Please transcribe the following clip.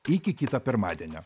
iki kito pirmadienio